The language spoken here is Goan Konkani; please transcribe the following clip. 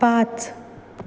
पांच